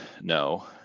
no